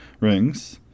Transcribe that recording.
rings